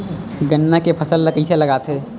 गन्ना के फसल ल कइसे लगाथे?